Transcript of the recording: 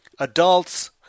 Adults